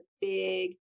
big